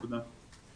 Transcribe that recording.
תודה.